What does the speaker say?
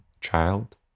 child